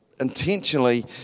intentionally